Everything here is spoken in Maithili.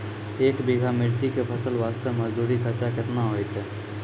एक बीघा मिर्ची के फसल वास्ते मजदूरी खर्चा केतना होइते?